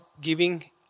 giving